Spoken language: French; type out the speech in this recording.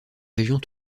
régions